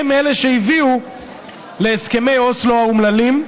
הן שהביאו להסכמי אוסלו האומללים,